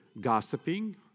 gossiping